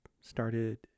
started